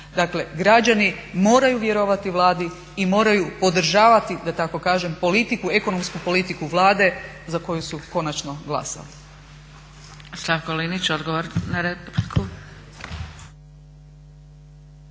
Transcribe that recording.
Dakle, građani moraju vjerovati Vladi i moraju podržavati da tako kažem politiku ekonomsku politiku Vlade za koju su konačno glasali.